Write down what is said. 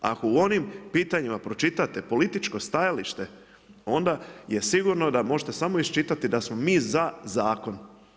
A ko u onim pitanjima pročitate političko stajalište, onda je sigurno da možete samo iščitati da smo mi za zakon.